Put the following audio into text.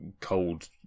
cold